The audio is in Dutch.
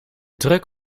druk